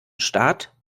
staat